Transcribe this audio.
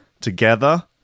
together